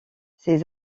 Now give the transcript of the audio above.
ses